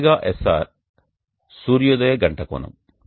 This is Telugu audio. ωSR సూర్యోదయ గంట కోణం